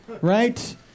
right